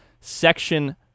Section